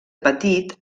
petit